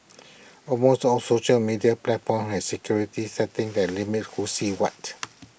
almost all social media platforms have security settings that limit who sees what